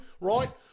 right